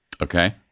Okay